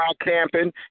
camping